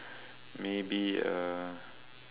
maybe a